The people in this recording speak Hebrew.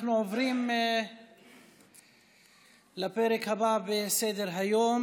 אנחנו עוברים לפרק הבא בסדר-היום.